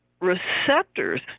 receptors